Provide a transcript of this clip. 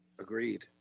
Agreed